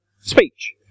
speech